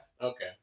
Okay